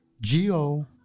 G-O